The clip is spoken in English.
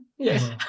Yes